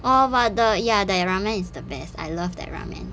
oh but the ya that ramen is the best I love that ramen